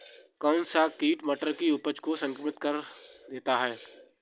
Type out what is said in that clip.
कौन सा कीट मटर की उपज को संक्रमित कर देता है?